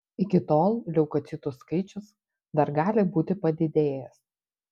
iki tol leukocitų skaičius dar gali būti padidėjęs